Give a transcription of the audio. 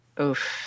Oof